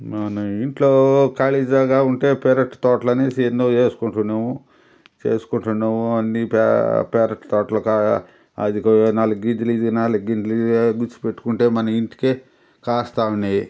మన ఇంట్లో ఖాళీ జాగా ఉంటే పెరటి తోట్లనేసి ఎన్నో ఏసుకుంటున్నేము వేసుకుంటున్నేము అన్నీ పె పెరటి తోట్లకా అది నాలుగ్గింజలు ఇది నాలుగింజలు గుచ్చి పెట్టుకుంటే మన ఇంటికి కాస్తూ ఉన్నాయి